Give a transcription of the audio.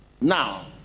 now